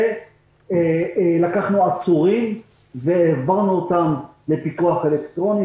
לקחנו עצורים והעברנו אותם לפיקוח אלקטרוני.